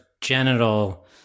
genital